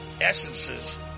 essences